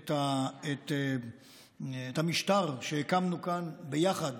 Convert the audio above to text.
את המשטר שהקמנו כאן ביחד,